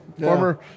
former